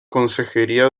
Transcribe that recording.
consejería